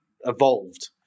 evolved